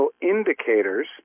indicators